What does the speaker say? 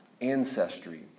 ancestry